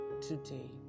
today